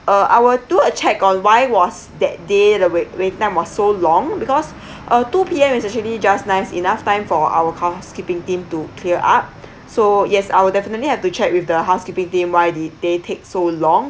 uh I will do a check on why was that day the wait wait time was so long because uh two P_M is actually just nice enough time for our housekeeping team to clear up so yes I will definitely have to check with the housekeeping team why did they take so long